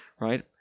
right